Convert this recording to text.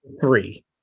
three